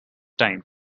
time